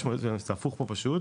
דיור,